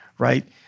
right